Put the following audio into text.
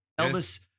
Elvis